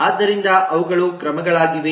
ಆದ್ದರಿಂದ ಅವುಗಳು ಕ್ರಮಗಳಾಗಿವೆ